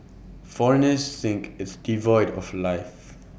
foreigners think it's devoid of life